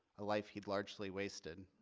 a life he'd largely wasted.